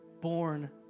born